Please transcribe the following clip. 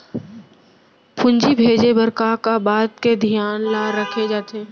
पूंजी भेजे बर का का बात के धियान ल रखे जाथे?